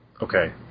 Okay